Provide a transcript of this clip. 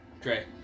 Dre